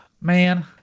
man